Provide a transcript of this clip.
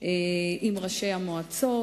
עם ראשי המועצות